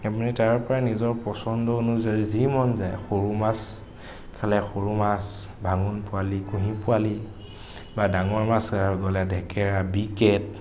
আপুনি তাৰপৰা নিজৰ পছন্দ অনুযায়ী যি মন যায় সৰু মাছ খালে সৰু মাছ ভাঙোন পোৱালী কুঁহি পোৱালী বা ডাঙৰ মাছ গ'লে ধেকেৰা বি কেট